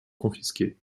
confisqués